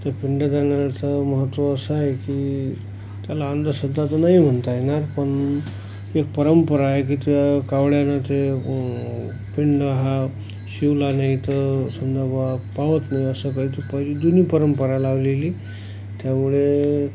त्या पिंडदानाचं महत्त्व असं आहे की त्याला अंधश्रद्धा तर नाही म्हणता येणार पण एक परंपरा आहे की त्या कावळ्यानं ते पिंड हा शिवला नाही तर सुन्न बुवा पावत नाही असं काहीतरी पहिली जुनी परंपरा लावलेली त्यामुळे